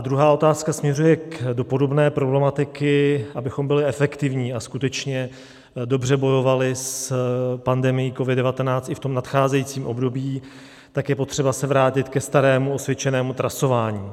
Druhá otázka směřuje do podobné problematiky: abychom byli efektivní a skutečně dobře bojovali s pandemií COVID19 i v nadcházejícím období, je potřeba se vrátit ke starému osvědčenému trasování.